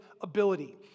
ability